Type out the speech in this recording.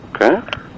Okay